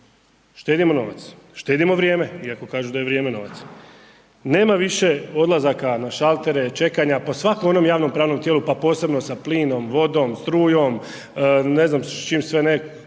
Štedimo novac. Štedimo vrijeme, iako kažu da je vrijeme novac. Nema više odlazaka na šaltere, čekanja, po svakom onom javnopravnom tijelu, pa posebno sa plinom, vodom, strujom, ne znam s čim sve ne,